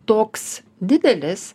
toks didelis